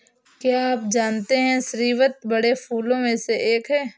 क्या आप जानते है स्रीवत बड़े फूलों में से एक है